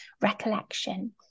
recollection